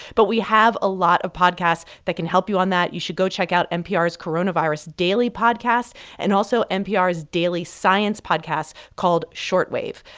but we have a lot of podcasts that can help you on that. you should go check out npr's coronavirus daily podcast and also npr's daily science podcast called short wave.